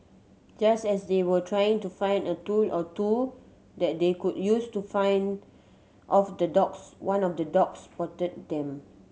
just as they were trying to find a tool or two that they could use to find off the dogs one of the dogs spotted them